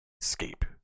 escape